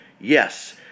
yes